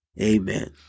Amen